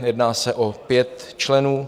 Jedná se o pět členů.